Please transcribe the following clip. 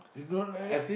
they don't like